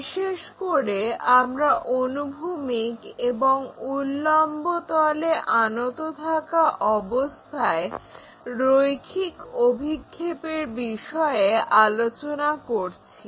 বিশেষ করে আমরা অনুভূমিক এবং উল্লম্বতলে আনত থাকা অবস্থায় রৈখিক অভিক্ষেপের বিষয়ে আলোচনা করছি